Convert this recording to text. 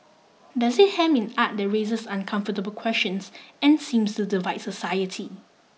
does it hem in art that raises uncomfortable questions and seems to divide society